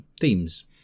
themes